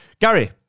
Gary